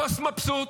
הבוס מבסוט.